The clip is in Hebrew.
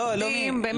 עובדים.